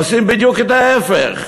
עושים בדיוק את ההפך.